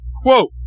Quote